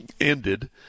ended